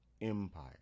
empire